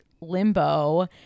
limbo